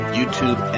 YouTube